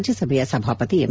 ರಾಜ್ಯಸಭೆಯ ಸಭಾಪತಿ ಎಂ